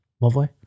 lovely